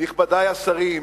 נכבדי השרים,